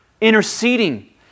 interceding